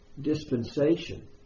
dispensation